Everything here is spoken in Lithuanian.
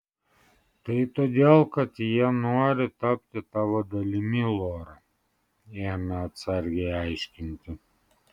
tai todėl kad jie nori tapti tavo dalimi lora ėmė atsargiai aiškinti